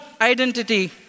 identity